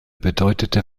bedeutete